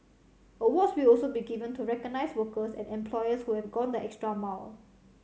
awards will also be given to recognise workers and employers who have gone the extra mile